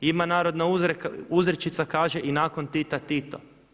Ima narodna uzrečica kaže i nakon Tita-Tito.